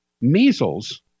measles